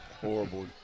horrible